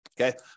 Okay